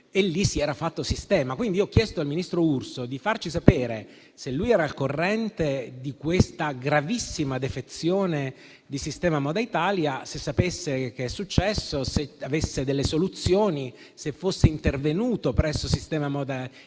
lì si era fatto. Ho quindi chiesto al ministro Urso di farci sapere se fosse al corrente di questa gravissima defezione di Sistema Moda Italia, se sapesse cosa era successo, se avesse delle soluzioni e se fosse intervenuto presso Sistema Moda Italia,